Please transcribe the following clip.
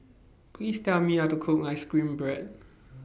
Please Tell Me How to Cook Ice Cream Bread